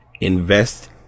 Invest